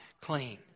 Clean